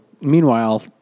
meanwhile